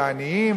לעניים,